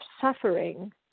suffering